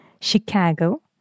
Chicago